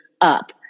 up